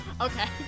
Okay